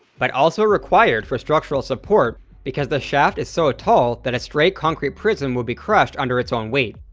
but also required for structural support because the shaft is so tall that a straight concrete prism would be crushed under its own weight.